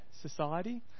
society